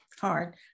hard